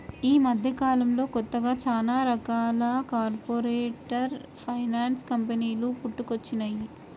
యీ మద్దెకాలంలో కొత్తగా చానా రకాల కార్పొరేట్ ఫైనాన్స్ కంపెనీలు పుట్టుకొచ్చినియ్యి